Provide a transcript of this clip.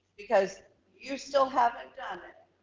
because you still haven't done it.